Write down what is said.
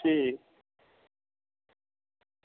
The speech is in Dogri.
ठीक